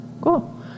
Cool